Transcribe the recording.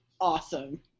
Awesome